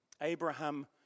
Abraham